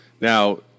Now